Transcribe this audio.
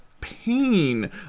pain